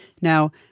Now